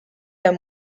der